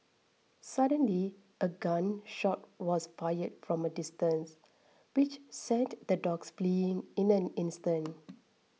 suddenly a gun shot was fired from a distance which sent the dogs fleeing in an instant